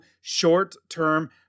short-term